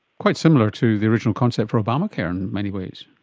quite similar to the original concept for obamacare in many ways.